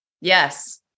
Yes